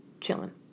chilling